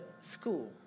school